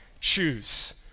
choose